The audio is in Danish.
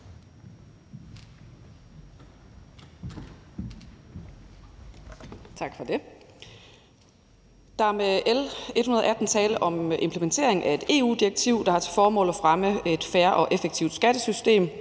Tak for det. Der er med L 118 tale om implementering af et EU-direktiv, der har til formål at fremme et fair og effektivt skattesystem,